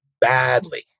badly